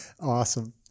Awesome